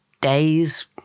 days